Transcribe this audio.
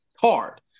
Hard